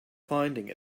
finding